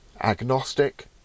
agnostic